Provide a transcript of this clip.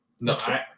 No